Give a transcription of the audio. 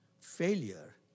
Failure